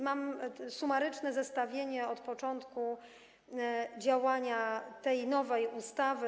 Mam sumaryczne zestawienie od początku działania tej nowej ustawy.